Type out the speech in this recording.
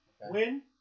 win